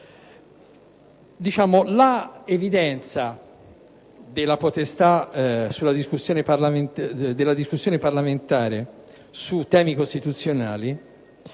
simile. L'evidenza della potestà della discussione parlamentare su temi costituzionali